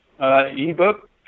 Ebook